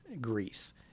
Greece